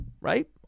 right